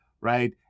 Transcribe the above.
right